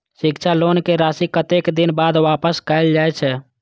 शिक्षा लोन के राशी कतेक दिन बाद वापस कायल जाय छै?